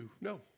No